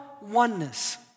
oneness